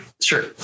sure